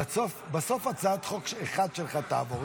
בסוף הצעת חוק אחת שלך תעבור.